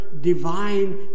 divine